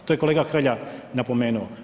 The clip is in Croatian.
To je kolega Hrelja napomenuo.